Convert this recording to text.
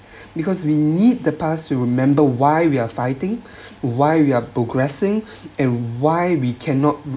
because we need the past to remember why we're fighting why we are progressing and why we cannot